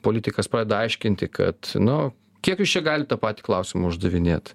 politikas pradeda aiškinti kad nu kiek jūs čia gali tą patį klausimą uždavinėt